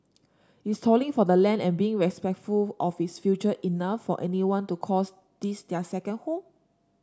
is toiling for the land and being respectful of its future enough for anyone to calls this their second home